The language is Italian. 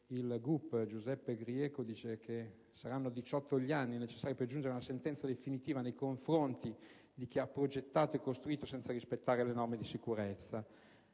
il Gup Giuseppe Grieco ha affermato che saranno 18 gli anni necessari per giungere ad una sentenza definitiva nei confronti di chi ha progettato e costruito senza rispettare le norme di sicurezza